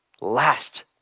Last